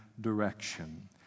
direction